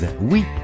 oui